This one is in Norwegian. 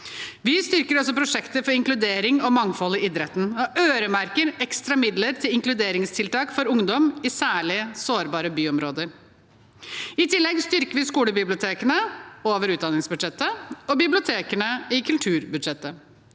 Vi styrker også prosjekter for inkludering og mangfold i idretten og øremerker ekstra midler til inkluderingstiltak for ungdom i særlig sårbare byområder. I tillegg styrker vi skolebibliotekene over utdanningsbudsjettet og bibliotekene i kulturbudsjettet.